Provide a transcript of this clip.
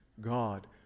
God